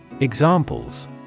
Examples